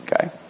Okay